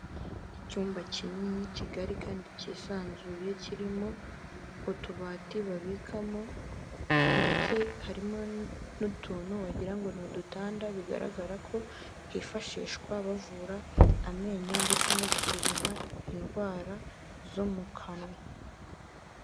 Icyumba kinini kigari kandi kisanzuye, kirimo utubati babikamo ndetse harimo n'utuntu wagirango n'udutanda bigaragara ko hifashishwa bavura amenyo ndetse no gusuzuma indwara zo mu kanwa.